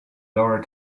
lower